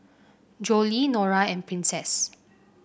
Jolie Norah and Princess